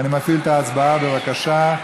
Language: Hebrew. אני מפעיל את ההצבעה, בבקשה.